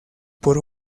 por